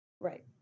Right